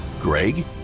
Greg